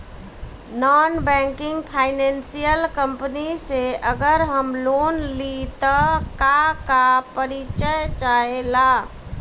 Non banking financial company से अगर हम लोन लि त का का परिचय चाहे ला?